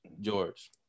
George